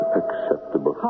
acceptable